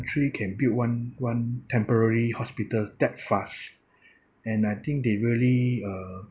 can build one one temporary hospital that fast and I think they really uh